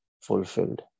fulfilled